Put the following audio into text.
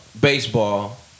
baseball